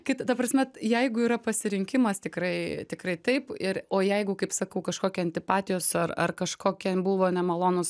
kit ta prasme jeigu yra pasirinkimas tikrai tikrai taip ir o jeigu kaip sakau kažkokia antipatijos ar ar kažkokie buvo nemalonūs